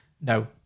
no